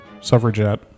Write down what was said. suffragette